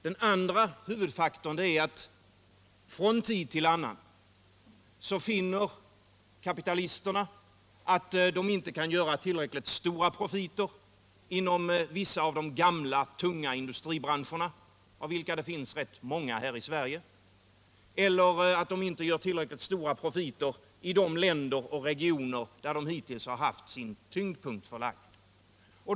Den andra huvudfaktorn är att kapitalisterna från tid till annan finner att de inte kan göra tillräckligt stora profiter inom vissa av de gamla, tunga industribranscherna, av vilka det finns rätt många här i Sverige, eller i de länder och regioner där de hittills har haft sin tyngdpunkt förlagd.